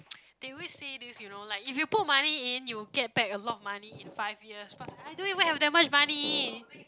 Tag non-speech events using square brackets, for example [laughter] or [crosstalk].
[noise] they always say this you know like if you put money in you will get back a lot of money in five years but I don't even have that much money